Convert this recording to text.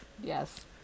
Yes